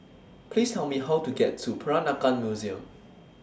Please Tell Me How to get to Peranakan Museum